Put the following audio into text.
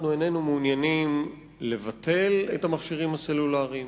אנחנו איננו מעוניינים לבטל את המכשירים הסלולריים,